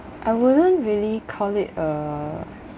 I wouldn't really call it uh